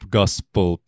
gospel